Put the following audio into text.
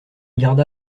garda